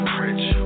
rich